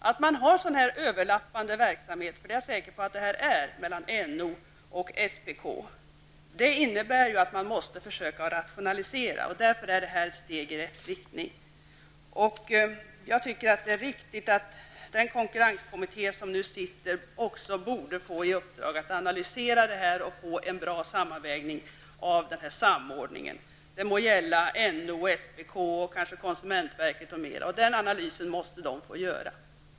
Att man har en sådan här överlappande verksamhet mellan NO och SPK -- jag är säker på att det är fråga om en sådan -- innebär att man måste försöka rationalisera. Därför är det som här tas upp ett steg i rätt riktning. Jag tycker att det är riktigt att sittande konkurrenskommitté borde få i uppdrag att analysera dessa förhållanden och att göra en bra sammanvägning beträffande samordningen. Det må gälla NO, SPK och kanske också konsumentverket, för att ta några exempel. Den analysen måste man få göra.